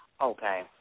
Okay